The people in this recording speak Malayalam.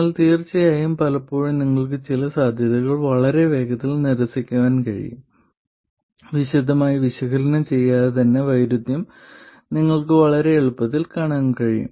എന്നാൽ തീർച്ചയായും പലപ്പോഴും നിങ്ങൾക്ക് ചില സാധ്യതകൾ വളരെ വേഗത്തിൽ നിരസിക്കാൻ കഴിയും വിശദമായി വിശകലനം ചെയ്യാതെ തന്നെ വൈരുദ്ധ്യം നിങ്ങൾക്ക് വളരെ എളുപ്പത്തിൽ കാണാൻ കഴിയും